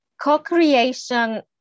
Co-creation